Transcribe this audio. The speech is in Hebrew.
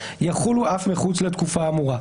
אז בכל מקרה,